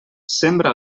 sembra